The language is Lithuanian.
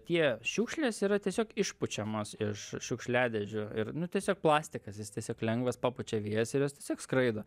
tie šiukšlės yra tiesiog išpučiamos iš šiukšliadėžių ir nu tiesiog plastikas jis tiesiog lengvas papučia vėjas ir jos tiesiog skraido